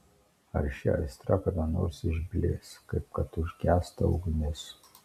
ar ši aistra kada nors išblės kaip kad užgęsta ugnis